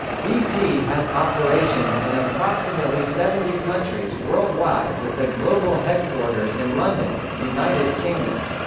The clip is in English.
bp has operations in approximately seventy countries worldwide with the global headquarters in london, united kingdom.